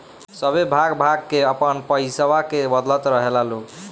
सभे भाग भाग के आपन पइसवा के बदलत रहेला लोग